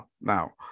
Now